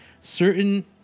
certain